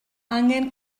angen